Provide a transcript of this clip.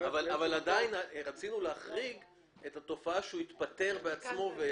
אבל עדיין רצינו להחריג את התופעה שהוא יתפטר בעצמו.